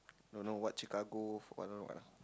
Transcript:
don't know what Chicago I don't know what ah